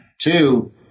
Two